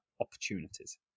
opportunities